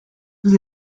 vous